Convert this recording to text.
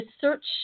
search